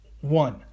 One